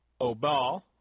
Obal